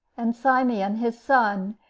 and simeon, his son,